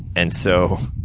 and so,